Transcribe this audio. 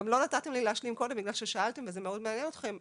גם לא נתתם לי להשלים קודם בגלל ששאלתם וזה מאוד מעניין אתכם,